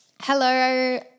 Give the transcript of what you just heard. Hello